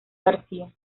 garcía